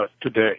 today